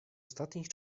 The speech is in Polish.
ostatnich